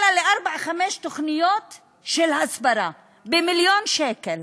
אלא לארבע-חמש תוכניות של הסברה, במיליון שקל.